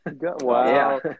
Wow